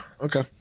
Okay